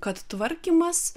kad tvarkymas